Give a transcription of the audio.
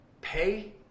pay